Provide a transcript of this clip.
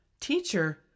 Teacher